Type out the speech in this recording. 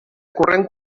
corrent